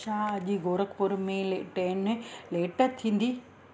छा अॼु गोरखपुर में ले ट्रेन लेट थींदी